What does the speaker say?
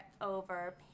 over